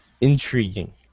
Intriguing